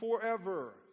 forever